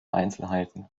einzelheiten